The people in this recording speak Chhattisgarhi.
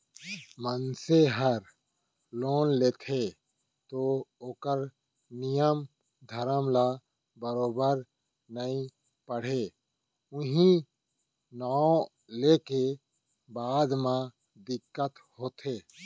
मनसे हर लोन लेथे तौ ओकर नियम धरम ल बरोबर नइ पढ़य उहीं नांव लेके बाद म दिक्कत होथे